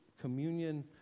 communion